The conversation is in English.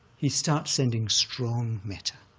he starts sending strong metta,